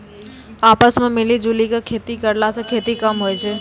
आपस मॅ मिली जुली क खेती करला स खेती कम होय छै